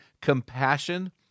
compassion